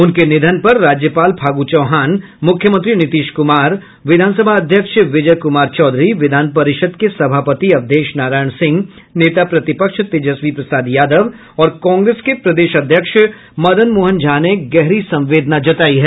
उनके निधन पर राज्यपाल फागू चौहान मुख्यमंत्री नीतीश कुमार विधान सभा अध्यक्ष विजय कुमार चौधरी विधान परिषद के सभापति अवधेश नारायण सिंह नेता प्रतिपक्ष तेजस्वी प्रसाद यादव और कांग्रेस के प्रदेश अध्यक्ष मदन मोहन झा ने गहरी संवेदना जतायी है